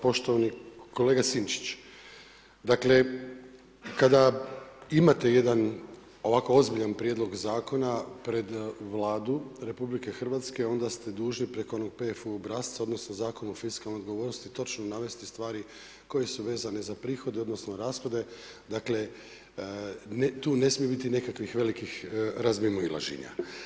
Poštovani kolega Sinčić, dakle, kada imate jedan ovako ozbiljan prijedlog Zakona pred Vladu RH, onda ste dužni preko onog PFU obrasca, odnosno Zakona o fiskalnoj odgovornosti točno navesti stvari koje su vezane za prihode, odnosno rashode, dakle, tu ne smije biti nekakvih velikih razmimoilaženja.